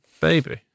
baby